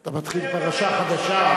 אתה מתחיל פרשה חדשה?